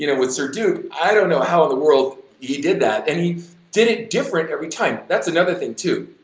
you know with sir duke, i don't know how in the world he did that and he did it different every time, that's another thing, too.